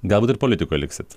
galbūt ir politikoje liksit